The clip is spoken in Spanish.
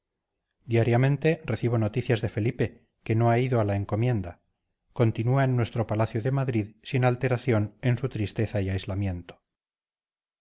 diariamente recibo noticias de felipe que no ha ido a la encomienda continúa en nuestro palacio de madrid sin alteración en su tristeza y aislamiento